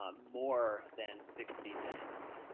ah more than sixty minutes.